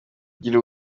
gira